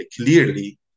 clearly